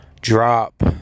drop